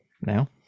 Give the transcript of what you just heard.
now